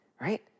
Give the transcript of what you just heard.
right